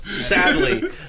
Sadly